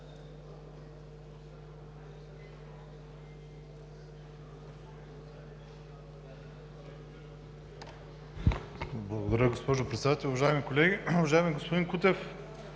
Благодаря, госпожо Председател. Уважаеми колеги! Уважаеми господин Кутев!